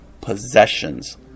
possessions